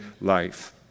life